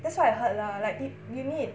that's what I heard lah like it you need